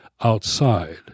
outside